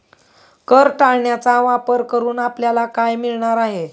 कर टाळण्याचा वापर करून आपल्याला काय मिळणार आहे?